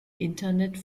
internet